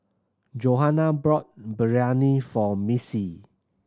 Johana brought Biryani for Missy